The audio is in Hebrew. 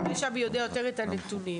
ושבי יודע יותר את הנתונים.